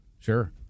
Sure